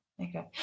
Okay